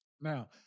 Now